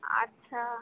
আচ্ছা